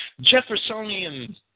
Jeffersonian